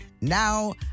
Now